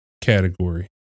category